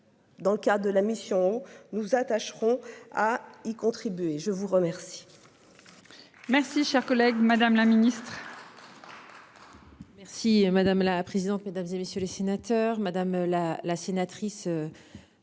Dans le cas de la mission, nous nous attacherons à y contribuer. Je vous remercie. Merci cher collègue. Madame la Ministre. Merci madame la présidente, mesdames et messieurs les sénateurs. Madame la la sénatrice.